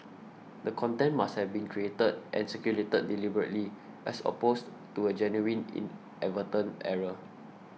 the content must have been created and circulated deliberately as opposed to a genuine inadvertent error